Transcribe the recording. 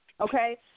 okay